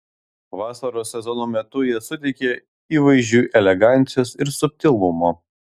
vasaros sezono metu jie suteikia įvaizdžiui elegancijos ir subtilumo